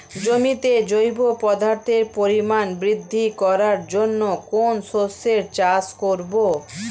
জমিতে জৈব পদার্থের পরিমাণ বৃদ্ধি করার জন্য কোন শস্যের চাষ করবো?